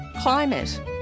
Climate